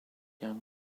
young